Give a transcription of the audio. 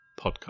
Podcast